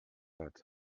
hat